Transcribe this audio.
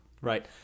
Right